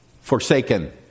forsaken